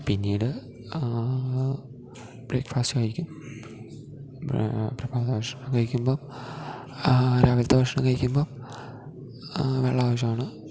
പിന്നീട് ബ്രേക്ക്ഫാസ്റ്റ് കഴിക്കും പ്രഭാത ഭക്ഷണം കഴിക്കുമ്പം ആ രാവിലത്തെ ഭക്ഷണം കഴിക്കുമ്പം വെള്ളം ആവശ്യമാണ്